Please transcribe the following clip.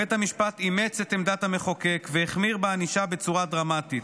בית המשפט אימץ את עמדת המחוקק והחמיר בענישה בצורה דרמטית,